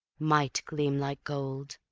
might gleam like gold,